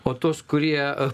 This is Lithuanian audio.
o tuos kurie